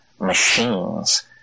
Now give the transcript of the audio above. machines